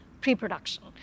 pre-production